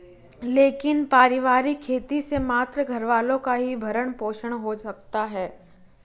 लेकिन पारिवारिक खेती से मात्र घरवालों का ही भरण पोषण हो सकता है